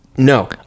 No